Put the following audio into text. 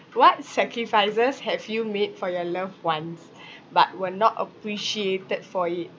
what sacrifices have you made for your loved ones but were not appreciated for it